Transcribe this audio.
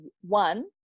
one